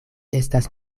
estas